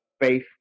faith